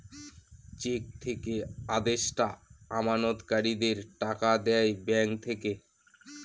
check থেকে আদেষ্টা আমানতকারীদের টাকা দেয় ব্যাঙ্ক থেকে